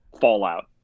fallout